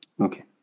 Okay